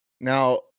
now